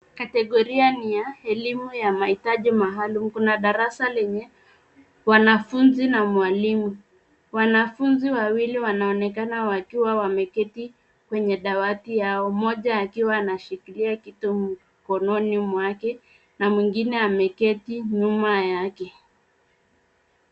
Kategoria ni ya elimu ya mahitaji maalum. Kuna darasa lenye wanafunzi na mwalimu. Wanafunzi wawili wanaonekana wakiwa wameketi kwenye dawati yao mmoja akiwa anashikilia kitu mkononi mwake na mwingine ameketi nyuma yake.